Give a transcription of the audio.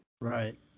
Right